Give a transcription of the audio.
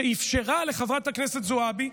שאפשרה לחברת הכנסת זועבי,